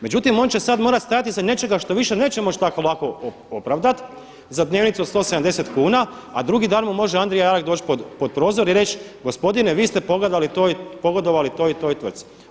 Međutim on će sada morati stajati iza nečega što više neće moći tako lako opravdati za dnevnicu od 170 kuna, a drugi dan mu može Andrija … doć pod prozor i reć gospodine vi ste pogodovali toj i toj tvrci.